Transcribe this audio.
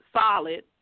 solid